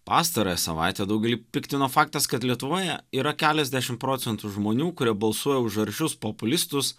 pastarąją savaitę daugelį piktino faktas kad lietuvoje yra keliasdešim procentų žmonių kurie balsuoja už aršius populistus